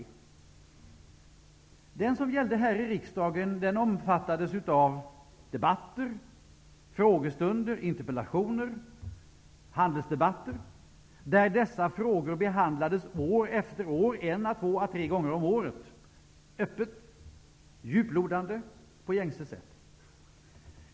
Den procedur som gällde här i riksdagen omfattade debatter, frågestunder och interpellationer, där dessa frågor behandlades år efter år -- en, två eller tre gånger om året -- öppet, djuplodande, på gängse sätt.